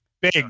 Big